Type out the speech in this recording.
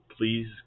please